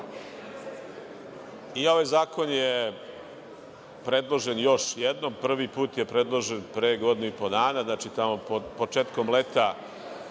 I ovaj zakon je predložen još jednom. Prvi put je predložen pre godinu i po dana, tamo početkom leta